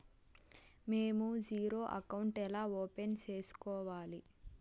మేము zero account ఎలా open సేసుకోవాలి